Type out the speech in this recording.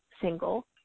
single